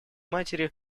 матери